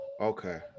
okay